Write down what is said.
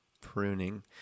pruning